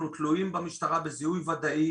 אנחנו תלויים במשטרה בזיהוי ודאי,